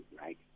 right